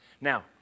Now